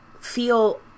feel